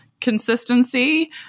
consistency